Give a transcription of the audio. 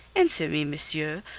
answer me, monsieur,